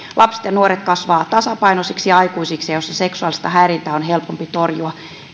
lapset ja nuoret kasvavat tasapainoisiksi aikuisiksi ja jossa seksuaalista häirintää on helpompi torjua